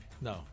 no